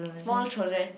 small children